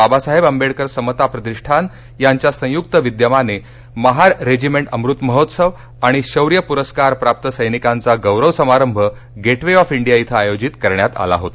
बाबासाहेब आंबेडकर समता प्रतिष्ठान यांच्या संयुक्त विद्यमाने महार रेजिमेंट अमुतमहोत्सव आणि शौर्य पुरस्कारप्राप्त सैनिकांचा गौरव समारंभ गेट वे ऑफ इंडिया इथं आयोजित करण्यात आला होता